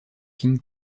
king